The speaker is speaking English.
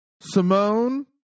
Simone